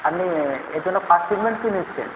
আপনি এরজন্য first treatment কি নিচ্ছেন